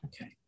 Okay